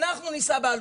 אנחנו נישא בעלות.